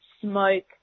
smoke